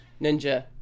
Ninja